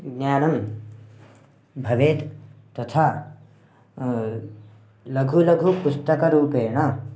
ज्ञानं भवेत् तथा लघु लघु पुस्तकरूपेण